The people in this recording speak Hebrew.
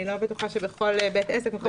אני לא בטוחה שבכל בית עסק.